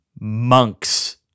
monks